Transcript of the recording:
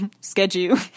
schedule